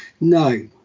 No